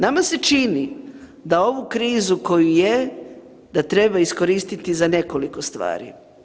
Nama se čini da ovu krizu koju je da treba iskoristiti za nekoliko stvari.